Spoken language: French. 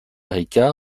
rica